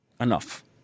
Enough